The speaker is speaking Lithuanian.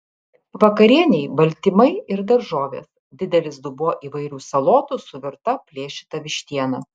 vakarienei baltymai ir daržovės didelis dubuo įvairių salotų su virta plėšyta vištiena